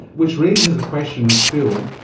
which raises the question still,